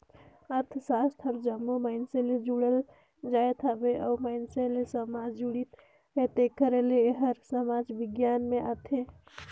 अर्थसास्त्र हर जम्मो मइनसे ले जुड़ल जाएत हवे अउ मइनसे ले समाज जुड़िस हे तेकर ले एहर समाज बिग्यान में आथे